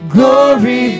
Glory